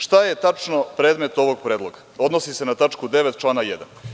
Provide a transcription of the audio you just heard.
Šta je tačno predmet ovog predloga, odnosi se na tačku 9), člana 1?